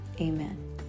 amen